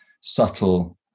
subtle